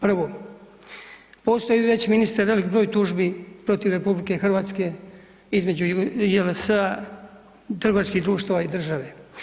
Prvo, postoji već ministre, velik broj tužbi protiv između JLS-a, trgovačkih društava i države.